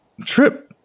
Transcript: Trip